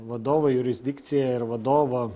vadovo jurisdikcija ir vadovo